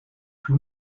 più